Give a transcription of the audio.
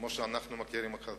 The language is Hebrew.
כמו שאנחנו מכירים אותך,